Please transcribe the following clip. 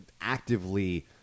actively